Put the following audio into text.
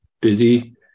busy